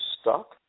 stuck